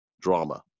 drama